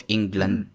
England